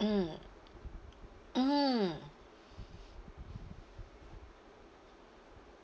mm mm